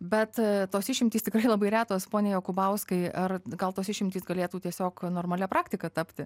bet tos išimtys tikrai labai retos pone jakubauskai ar gal tos išimtys galėtų tiesiog normalia praktika tapti